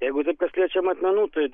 jeigu taip kas liečia matmenų tai